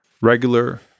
Regular